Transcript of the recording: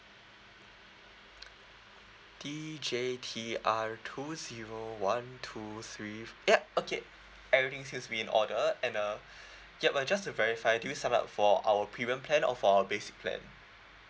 D J T R two zero one two three ya okay everything seems to be in order and uh ya uh just to verify did you sign up for our premium plan or for our basic plan